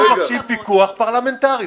אנחנו מבקשים פיקוח פרלמנטרי,